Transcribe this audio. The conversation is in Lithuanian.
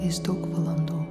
jis daug valandų